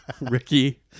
Ricky